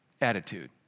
attitude